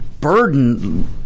burden